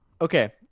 Okay